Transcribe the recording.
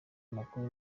makuru